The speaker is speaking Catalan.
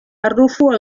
arrufo